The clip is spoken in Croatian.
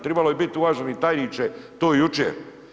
Trebalo je biti uvaženi tajniče to jučer.